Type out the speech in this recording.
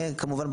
וכמובן,